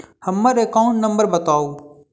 हम्मर account number बताऊ?